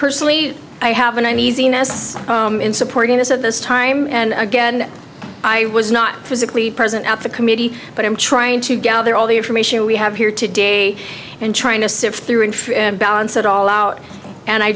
personally i have an uneasiness in supporting this at this time and again i was not physically present at the committee but i'm trying to gather all the information we have here today and trying to sift through and balance it all out and i